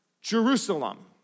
Jerusalem